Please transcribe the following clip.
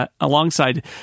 alongside